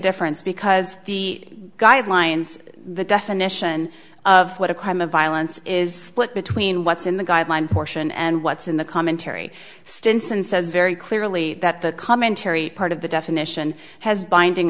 difference because the guidelines the definition of what a crime of violence is flip between what's in the guideline portion and what's in the commentary stinson says very clearly that the commentary part of the definition has binding